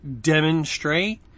demonstrate